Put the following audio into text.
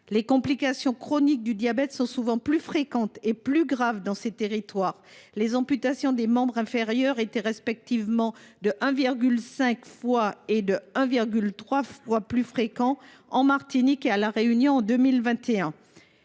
Les complications chroniques y sont souvent plus fréquentes et plus graves. Ainsi, en 2021, les amputations des membres inférieurs étaient respectivement de 1,5 fois et de 1,3 fois plus fréquentes en Martinique et à La Réunion qu’en